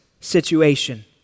situation